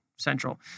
central